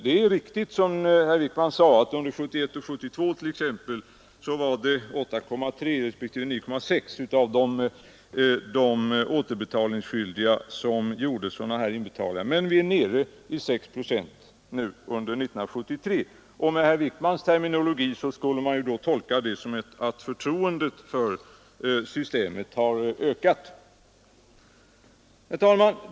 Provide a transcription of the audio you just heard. Det är riktigt, som herr Wijkman sade, att det under t.ex. åren 1971 och 1972 var 8,3 procent respektive 9,6 procent av de återbetalningsskyldiga som gjorde sådana inbetalningar. Men antalet var för 1973 nere i 6 procent. Med herr Wijkmans terminologi skulle man kunna tolka detta så att förtroendet för systemet har ökat. Herr talman!